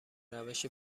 روش